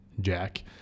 Jack